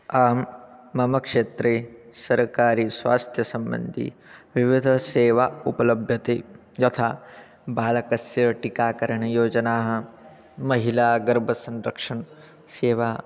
आं मम क्षेत्रे सर्वकारीयस्वास्थ्यसम्बन्धाः विविधसेवाः उपलभ्यन्ते यथा बालकस्य टीकाकरणयोजनाः महिलागर्भसंरक्षणसेवा